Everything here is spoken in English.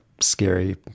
scary